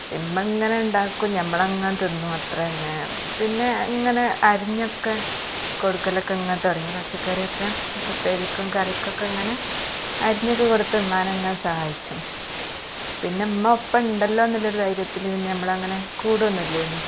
ഉമ്മ ഇങ്ങനെ ഉണ്ടാക്കും നമ്മൾ അങ്ങനെ തിന്നും അത്ര തന്നെ പിന്നെ ഇങ്ങനെ അരിഞ്ഞൊക്കെ കൊടുക്കലൊക്കെ ഇങ്ങനെ തുടങ്ങി പച്ചക്കറിയൊക്കെ ഉപ്പേരിക്കും കറിക്കൊക്കെ ഇങ്ങനെ അരിഞ്ഞൊക്കെ കൊടുത്ത് ഉമ്മാനെ ഇങ്ങനെ സഹായിച്ചു പിന്നെ ഉമ്മ ഒപ്പം ഉണ്ടല്ലോ എന്നുള്ള ധൈര്യത്തിൽ പിന്നെ നമ്മൾ അങ്ങനെ കൂടുക ഒന്നും ഇല്ലായിരുന്നു